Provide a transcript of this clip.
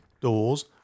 doors